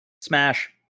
Smash